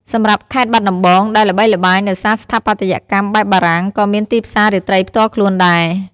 សម្រាប់ខេត្តបាត់ដំបង ដែលល្បីល្បាញដោយសារស្ថាបត្យកម្មបែបបារាំងក៏មានទីផ្សាររាត្រីផ្ទាល់ខ្លួនដែរ។